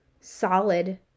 solid